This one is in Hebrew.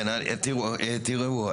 כן, תראו.